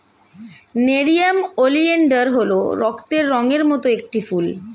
nerium oleander হল রক্তের রঙের মত একটি ফুল